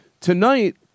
tonight